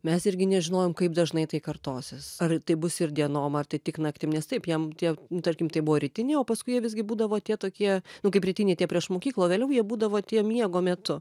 mes irgi nežinojom kaip dažnai tai kartosis ar tai bus ir dienom ar tai tik naktim nes taip jam tie tarkim tai buvo rytiniai o paskui jie visgi būdavo tie tokie nu kaip rytiniai tie prieš mokyklą o vėliau jie būdavo tie miego metu